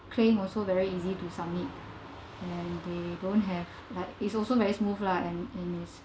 claim also very easy to submit and they don't have like it's also very smooth lah and and it's